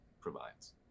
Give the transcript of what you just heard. provides